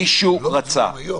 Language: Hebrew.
לא מצביעים היום.